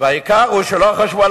והעיקר הוא שלא חשבו על